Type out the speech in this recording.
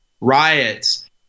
riots